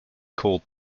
called